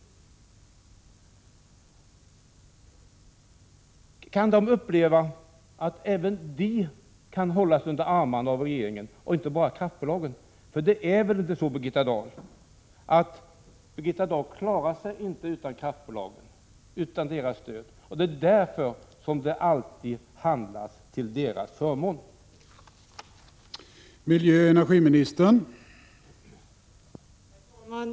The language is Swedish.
1986/87:93 Kan de uppleva att även de skall hållas under armarna av regeringen ochinte 24 mars 1987 bara kraftbolagen? Det är väl inte så, att Birgitta Dahl inte klarar sig utan Herr talman!